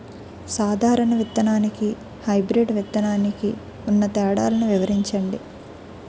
సాధారణ విత్తననికి, హైబ్రిడ్ విత్తనానికి ఉన్న తేడాలను వివరించండి?